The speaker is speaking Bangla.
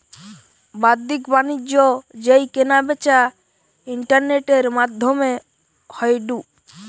বাদ্দিক বাণিজ্য যেই কেনা বেচা ইন্টারনেটের মাদ্ধমে হয়ঢু